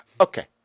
Okay